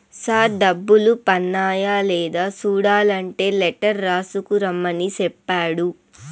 sir డబ్బులు పన్నాయ లేదా సూడలంటే లెటర్ రాసుకు రమ్మని సెప్పాడు